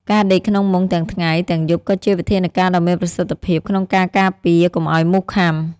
ការដេកក្នុងមុងទាំងថ្ងៃទាំងយប់ក៏ជាវិធានការដ៏មានប្រសិទ្ធភាពក្នុងការការពារកុំឲ្យមូសខាំ។